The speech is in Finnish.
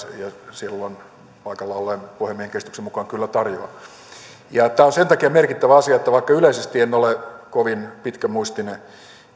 silloin paikalla olleen puhemiehen käsityksen mukaan kyllä tarjoaa tämä on sen takia merkittävä asia että vaikka yleisesti en ole kovin pitkämuistinen